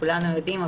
כולנו יודעים,